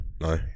no